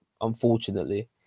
unfortunately